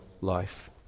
life